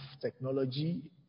technology